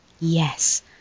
Yes